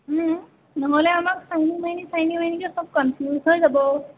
নহ'লে আমাক চাইনী মাইনী চাইনী মাইনীকে সব কনফিউজ হৈ যাব